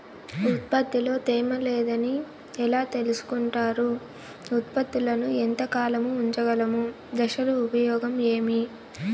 ఉత్పత్తి లో తేమ లేదని ఎలా తెలుసుకొంటారు ఉత్పత్తులను ఎంత కాలము ఉంచగలము దశలు ఉపయోగం ఏమి?